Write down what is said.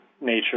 nature